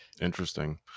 Interesting